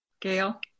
Gail